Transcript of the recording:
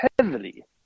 heavily